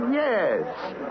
yes